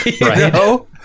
no